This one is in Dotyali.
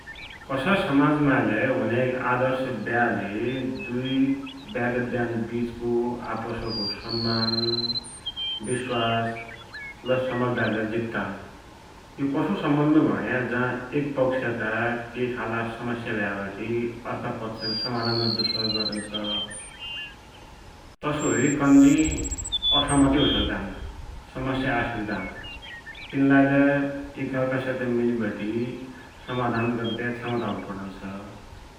कसै समाजमाइ हुन्या आदर्श ब्याले दुई ब्या गद्द्यान बिचको आपसको सम्मान, बिश्वास लै समझदारी लाइ जित्तान। यो कसो सम्बन्ध भुण्या जाँ एक पक्षका केइ खालका समस्या भ्याबटे अर्खा पक्षले समाधान गद्दु सहयोग गरुन्छ। तसोई कन्जी असहमति होइ सक्दान, समस्या आइ सक्दान, तिनलाई लै एक अर्खा सित मिलिबटे समाधान गद्द्या क्षमता हुन् पडुञ्छ ।